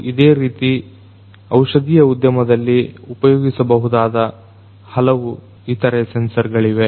ಇದೇ ರೀತಿ ಔಷಧಿಯ ಉದ್ಯಮದಲ್ಲಿ ಉಪಯೋಗಿಸಬಹುದಾದ ಹಲವು ಇತರೆ ಸೆನ್ಸರ್ಗಳಿವೆ